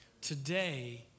Today